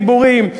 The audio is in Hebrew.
דיבורים.